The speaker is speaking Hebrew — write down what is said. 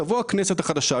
תבוא הכנסת החדשה,